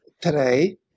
today